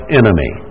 enemy